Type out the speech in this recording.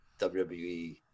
WWE